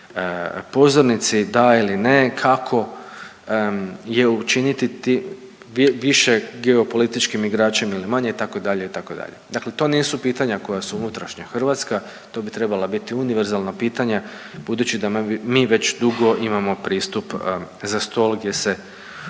da ili ne, kako je učiniti više geopolitičkim igračem ili manje itd., itd., dakle to nisu pitanja koja su unutrašnja Hrvatska, to bi trebala biti univerzalna pitanja budući da mi već dugo imamo pristup za stol gdje se